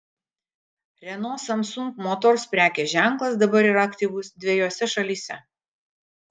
renault samsung motors prekės ženklas dabar yra aktyvus dvejose šalyse